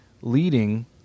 leading